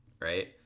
right